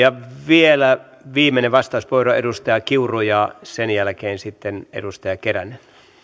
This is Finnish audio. ja vielä viimeinen vastauspuheenvuoro edustaja kiuru ja sen jälkeen sitten edustaja keränen meitä on